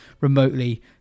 remotely